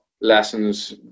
lessons